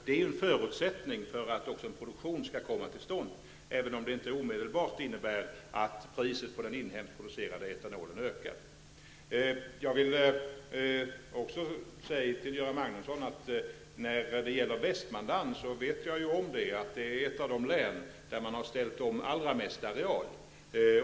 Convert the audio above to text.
Det är en förutsättning för att också en produktion skall komma till stånd, även om det omedelbart innebär att priset på den inhemskt producerade etanolen ökar. Jag vill till Göran Magnusson också säga att jag vet att Västmanland är ett av de län där man har ställt om allra mest areal.